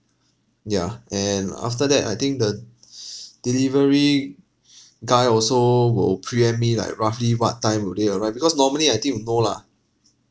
yeah and after that I think the delivery guy also will preempt me like roughly what time will they arrive because normally I think you know lah